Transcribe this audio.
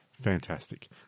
Fantastic